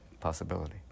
possibility